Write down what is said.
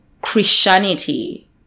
christianity